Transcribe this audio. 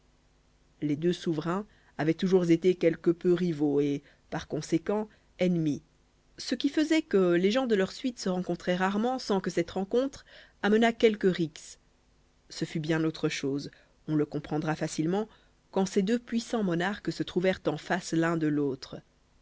les deux souverains avaient toujours été quelque peu rivaux et par conséquent ennemis ce qui faisait que les gens de leurs suites se rencontraient rarement sans que cette rencontre amenât quelque rixe ce fut bien autre chose on le comprendra facilement quand ces deux puissants monarques se trouvèrent en face l'un de l'autre